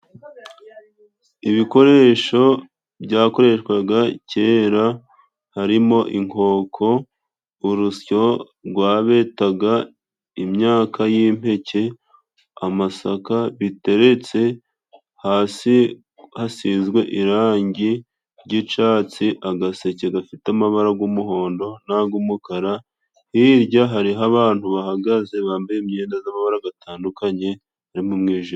Ibikoresho byakoreshwaga kera harimo inkoko, urusyo rwabetaga imyaka y'impeke, amasaka biteretse hasi, hasizwe irangi ry'icyatsi agaseke gafite amabara g'umuhondo, n'ag'umukara hirya hariho abantu bahagaze bambaye imyenda y'amabara gatandukanye bari mu mwijima.